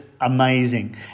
amazing